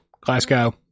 Glasgow